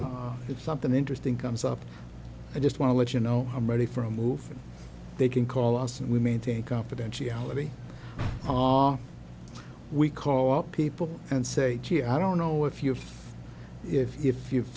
here it's something interesting comes up i just want to let you know i'm ready for a move they can call us and we maintain confidentiality ah we call up people and say gee i don't know if you have if you've